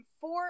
four